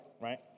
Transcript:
right